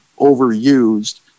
overused